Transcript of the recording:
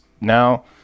now